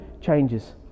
changes